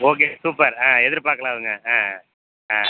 okay super ஆ எதிர்பார்க்கலாம் இருங்க ஆ ஆ